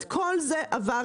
את כל זה עברנו.